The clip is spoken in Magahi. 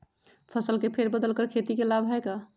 फसल के फेर बदल कर खेती के लाभ है का?